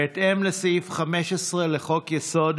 בהתאם לסעיף 15 לחוק-יסוד: